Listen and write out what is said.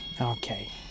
okay